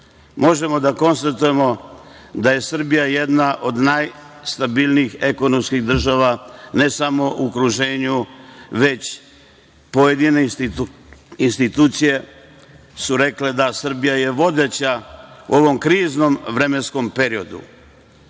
Možemo da konstatujemo da je Srbija jedna od najstabilnijih ekonomskih država, ne samo u okruženju, već pojedine institucije su rekle da je Srbija vodeća u ovom kriznom vremenskom periodu. Šta